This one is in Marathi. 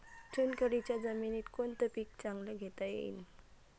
चुनखडीच्या जमीनीत कोनतं पीक चांगलं घेता येईन?